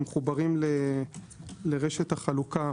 שמחוברים לרשת החלוקה,